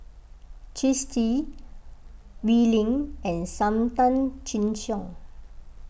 Twisstii Oi Lin and Sam Tan Chin Siong